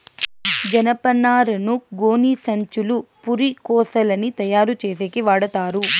జనపనారను గోనిసంచులు, పురికొసలని తయారు చేసేకి వాడతారు